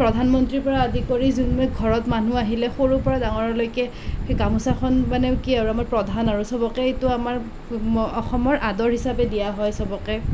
প্ৰধানমন্ত্ৰীৰ পৰা আদি কৰি যোন মানে ঘৰত মানুহ আহিলে সৰুৰ পৰা ডাঙৰলৈকে সেই গামোছাখন মানে কি আৰু আমাৰ প্ৰধান আৰু সবকে এইটো আমাৰ অসমৰ আদৰ হিচাপে দিয়া হয় সবকে